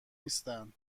نیستن